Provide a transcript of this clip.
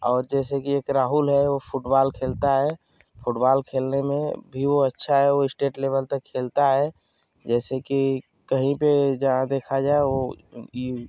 और जैसे कि एक राहुल है वो फुटबाल खेलता है फुटबाल खेलने में भी वो अच्छा है वो स्टेट लेबल तक खेलता है जैसे कि कहीं पर जहाँ देखा जाए वो